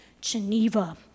Geneva